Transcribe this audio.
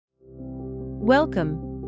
Welcome